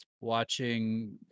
Watching